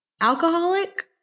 alcoholic